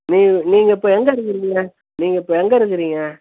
நீங் நீங்கள் இப்போ எங்கே இருக்கிறீங்க நீங்கள் இப்போ எங்கே இருக்கிறீங்க